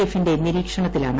എഫിന്റെ നിരീക്ഷണത്തിലാണ്